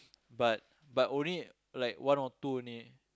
but but only like one or two only